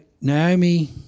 Naomi